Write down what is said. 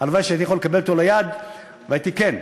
הלוואי שהייתי יכול לקבל אותו ליד והייתי כן,